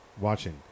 watching